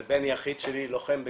זה בן יחיד שלי, לוחם בכפיר,